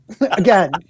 again